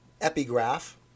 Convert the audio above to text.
Epigraph